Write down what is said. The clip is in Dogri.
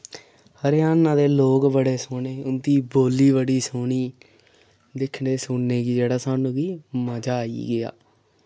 हरियाणा दे लोक बड़े सोह्ने उं'दी बोल्ली बड़ी सोह्नी दिक्खने सुनने कि जेह्ड़ा साह्नूं कि मजा आई गेआ